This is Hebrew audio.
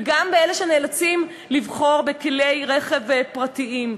וגם באלה שנאלצים לבחור בכלי רכב פרטיים.